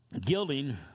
gilding